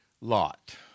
Lot